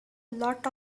lot